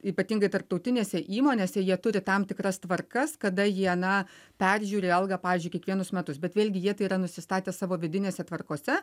ypatingai tarptautinėse įmonėse jie turi tam tikras tvarkas kada jie na peržiūri algą pavyzdžiui kiekvienus metus bet vėlgi jie tai yra nusistatę savo vidinėse tvarkose